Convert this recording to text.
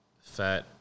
fat